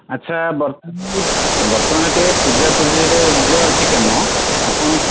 ଆଚ୍ଛା ବର୍ତ୍ତମାନ ଟିକିଏ ପୂଜାପୂଜିରେ ଭିଡ଼ ଅଛି କାମ ଆପଣ